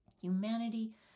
Humanity